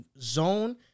zone